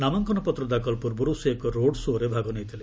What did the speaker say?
ନାମାଙ୍କନପତ୍ର ଦାଖଲ ପୂର୍ବରୁ ସେ ଏକ ରୋଡ୍ ଶୋ'ରେ ଭାଗ ନେଇଥିଲେ